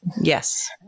Yes